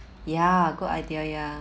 ya good idea ya